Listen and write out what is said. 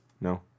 No